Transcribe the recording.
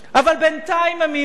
אבל בינתיים הם מיעוט.